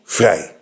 vrij